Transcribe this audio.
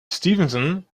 stevenson